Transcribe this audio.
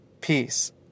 peace